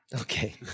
Okay